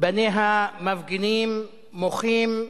בניה מפגינים, מוחים,